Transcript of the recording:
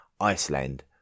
Iceland